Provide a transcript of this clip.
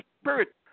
Spirit